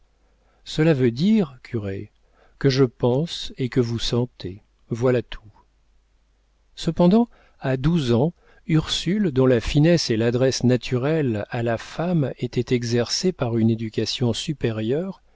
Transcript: cela veut dire curé que je pense et que vous sentez voilà tout cependant à douze ans ursule dont la finesse et l'adresse naturelle à la femme étaient exercées par une éducation supérieure